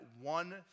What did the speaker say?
one